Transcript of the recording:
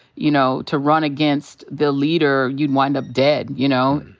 you know, to run against the leader, you'd wind up dead, you know?